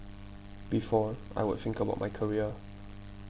before I would think about my career